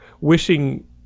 wishing